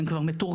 הן כבר מתורגלות.